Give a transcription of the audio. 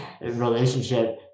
relationship